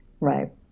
right